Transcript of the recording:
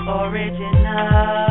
original